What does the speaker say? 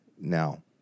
Now